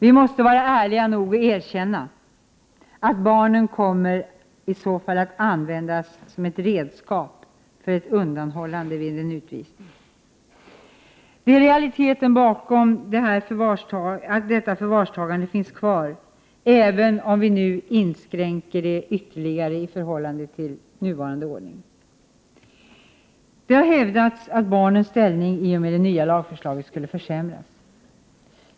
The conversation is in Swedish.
Vi måste vara ärliga nog att erkänna att barnen kan komma att användas som ett redskap för ett undanhållande vid en utvisning. Det är realiteten bakom detta förvarstagande, även om detta inskränks ytterligare i förhållande till vad som nu gäller. Det har hävdats att barnens ställning i och med det nya lagförslaget skulle försämras.